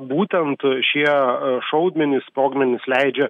būtent šie šaudmenys sprogmenys leidžia